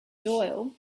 doyle